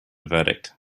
verdict